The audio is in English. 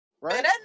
right